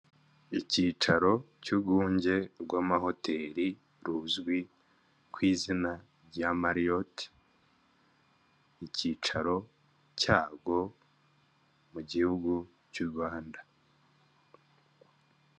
Icyicaro cy'urwunge rw'amahoteli ruzwi ku izina rya Marriott, icyicaro cyarwo mu gihugu cy'u Rwanda.